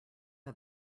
how